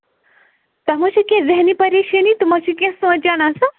تۄہہِ مَہ حظ چھِو کیٚنہہ ذہنی پَریشٲنی تُہۍ مَہ چھِو کیٚنہہ سونچان آسان